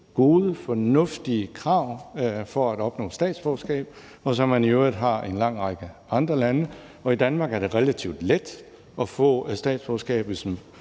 gode, fornuftige krav for at opnå statsborgerskab, og som man i øvrigt også har i en lang række andre lande. I Danmark er det relativt let at få statsborgerskab,